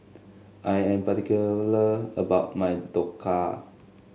I am particular about my Dhokla